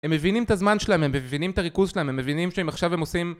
הם מבינים את הזמן שלהם, הם מבינים את הריכוז שלהם, הם מבינים שאם עכשיו הם עושים